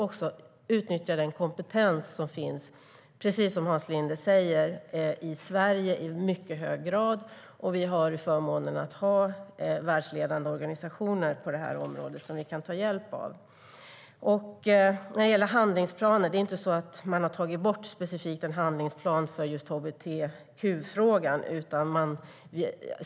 Vi har förmånen att ha världsledande organisationer på det här området, och precis som Hans Linde säger ska vi i hög grad utnyttja den kompetens som finns. När det gäller handlingsplaner är det inte så att man specifikt har tagit bort en handlingsplan för just hbtq-frågan.